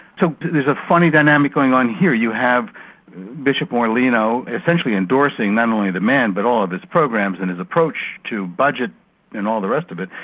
so there's a funny dynamic going on here. you have bishop morlino essentially endorsing endorsing not only the man, but all of his programs and his approach to budget and all the rest of it.